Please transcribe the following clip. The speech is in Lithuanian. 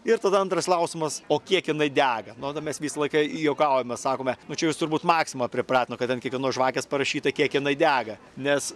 ir tada antras klausimas o kiek jinai dega nu vat mes visą laiką juokaujame sakome va čia jūs turbūt maksima pripratino kad ant kiekvienos žvakės parašyta kiek jinai dega nes